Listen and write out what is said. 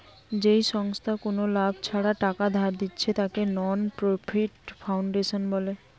যেই সংস্থা কুনো লাভ ছাড়া টাকা ধার দিচ্ছে তাকে নন প্রফিট ফাউন্ডেশন বলে